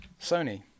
Sony